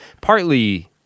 Partly